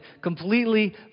completely